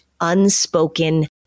unspoken